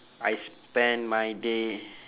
I spend my day